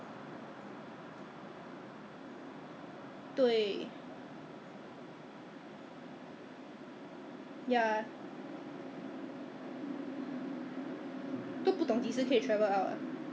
really a lot now now 全部都是 disposable 的吧对吗你喝下去都不爽的 !wah! that one is really good you know 喝下去你真的而且他的那个 root beer is so authentic I don't know ok that one maybe the content the root beer content not so good already compared to last time